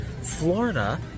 Florida